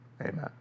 Amen